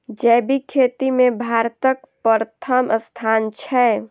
जैबिक खेती मे भारतक परथम स्थान छै